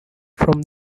from